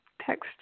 text